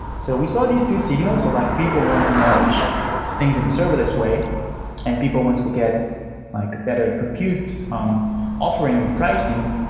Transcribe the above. so we saw these two signals, like people want to manage things in a serverless way and people wants to get like better compute um offering and pricing,